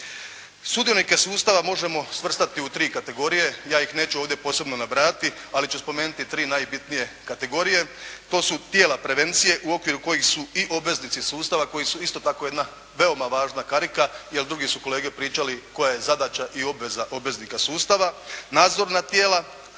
Sudionike sustava možemo svrstati u tri kategorije. Ja ih neću ovdje posebno nabrajati, ali ću spomenuti tri najbitnije kategorije. To su tijela prevencije u okviru kojih su i obveznici sustava koji su isto tako jedna veoma važna karika, jer drugi su kolege pričali koja je zadaća i obveza obveznika sustava,